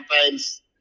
campaigns